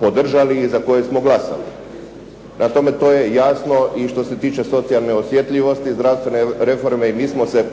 podržali i za koje smo glasali. Prema tome, to je jasno i što se tiče socijalne osjetljivosti zdravstvene reforme. Mi smo se